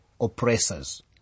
oppressors